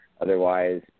Otherwise